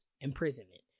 imprisonment